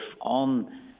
on